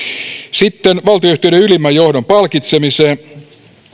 sitten valtionyhtiöiden ylimmän johdon palkitsemiseen